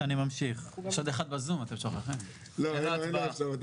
ממשיך: "(3)בסעיף קטן (ג),